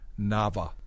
Nava